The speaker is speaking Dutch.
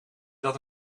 dat